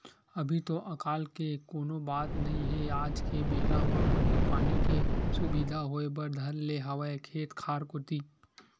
अभी तो अकाल के कोनो बात नई हे आज के बेरा म बने पानी के सुबिधा होय बर धर ले हवय खेत खार कोती